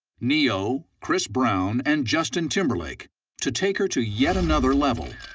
ne-yo, chris brown, and justin timberlake to take her to yet another level.